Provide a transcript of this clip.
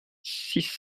six